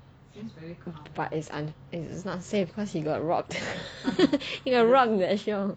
but but it is not safe cause he got robbed he got robbed in the show